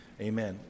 Amen